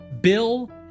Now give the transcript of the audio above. Bill